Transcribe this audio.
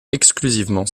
exclusivement